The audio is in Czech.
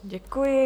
Děkuji.